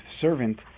servant